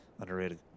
underrated